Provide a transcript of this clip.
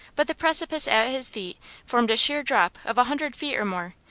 but the precipice at his feet formed a sheer drop of a hundred feet or more,